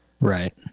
right